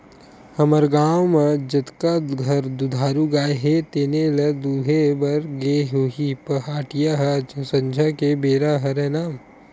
हमर गाँव म जतका घर दुधारू गाय हे तेने ल दुहे बर गे होही पहाटिया ह संझा के बेरा हरय ना